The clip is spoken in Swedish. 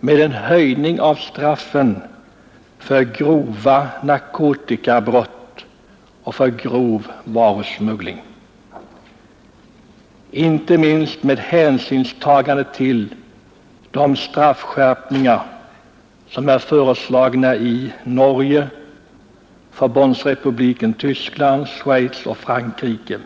med en höjning av straffen för grova narkotikabrott och grov varusmuggling, inte minst med hänsyn till de straffskärpningar som är föreslagna i Norge, Förbundsrepubliken Tyskland, Schweiz och Frankrike.